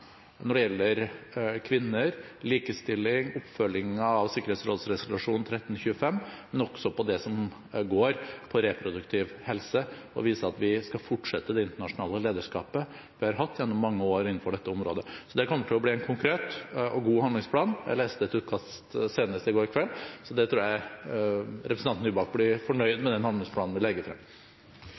når det gjelder kvinner, likestilling og oppfølging av sikkerhetsrådsresolusjon 1325, men også det som går på reproduktiv helse, og vise at vi skal fortsette det internasjonale lederskapet vi har hatt gjennom mange år innenfor dette området. Det kommer til å bli en konkret og god handlingsplan – jeg leste et utkast senest i går kveld. Jeg tror representanten Nybakk blir fornøyd med den handlingsplanen vi legger frem.